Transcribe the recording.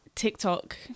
tiktok